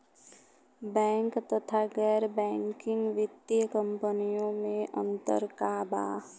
Bank तथा गैर banking वित्तीय कम्पनीयो मे अन्तर का बा?